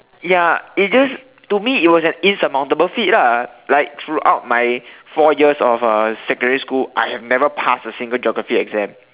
ya it's just to me it was an insurmountable feat lah like throughout my four years of uh secondary school I have never passed a single geography exam